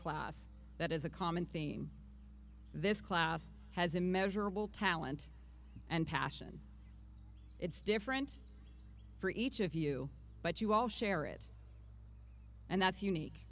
class that is a common theme this class has a measurable talent and passion it's different for each of you but you all share it and that's unique